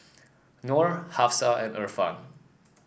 Nor Hafsa and Irfan